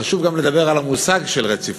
חשוב גם לדבר על המושג רציפות.